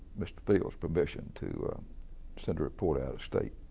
mr. fields' permission to send a reporter out of state.